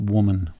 Woman